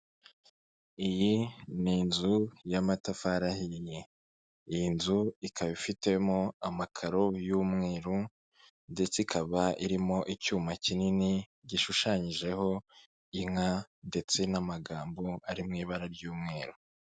Iyi ni inzu y'amatafari ahiye. Iyi nzu ikaba ifitemo amakaro y'umweru ndetse ikaba irimo icyuma kinini gishushanyijeho inka ndetse n'amagambo ari mu ibara ry'umweru.